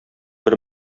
бер